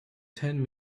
ten